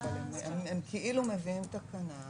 הם כאילו מביאים תקנה,